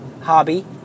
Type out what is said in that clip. hobby